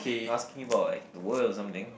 not asking about like the world or something